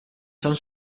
son